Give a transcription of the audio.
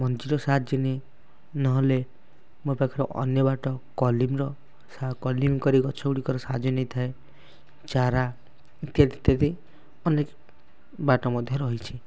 ମଞ୍ଜିର ସାହାଯ୍ୟ ନେଇ ନହେଲେ ମୋ ପାଖରେ ଅନ୍ୟ ବାଟ କଲମିର ସା କଲମି କରି ଗଛଗୁଡ଼ିକର ସାହାଯ୍ୟ ନେଇଥାଏ ଚାରା ଇତ୍ୟାଦି ଇତ୍ୟାଦି ଅନେକ ବାଟ ମଧ୍ୟ ରହିଛି